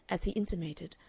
as he intimated,